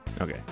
Okay